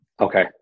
Okay